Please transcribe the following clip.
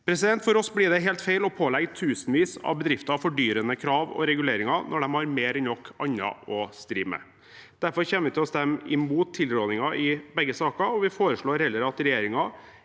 For oss blir det helt feil å pålegge tusenvis av bedrifter fordyrende krav og reguleringer når de har mer enn nok annet å stri med. Derfor kommer vi til å stemme imot tilrådingen i begge sakene. Vi foreslår heller at regjeringen